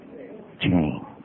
Chain